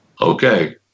okay